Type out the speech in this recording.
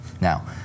Now